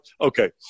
okay